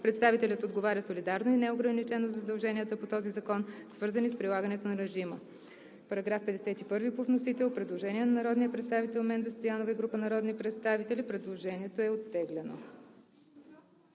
представителят отговаря солидарно и неограничено за задълженията по този закон, свързани с прилагането на режима.“ По § 51 има предложение на народния представител Менда Стоянова и група народни представители. Предложението е оттеглено.